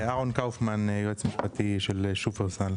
אהרון קאופמן, יועץ משפטי של שופרסל.